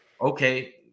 okay